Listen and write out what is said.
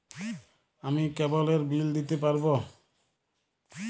আমি কেবলের বিল দিতে পারবো?